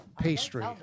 pastry